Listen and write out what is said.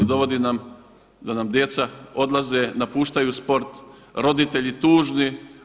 Dovodi nam da na djeca odlaze, napuštaju sport, roditelji tužni.